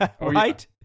right